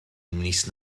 mis